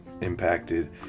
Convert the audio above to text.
impacted